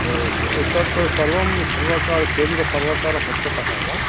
ओ तत् सर्वं सर्वकारकेन्द्रसर्वकारपक्षतः वा